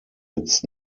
its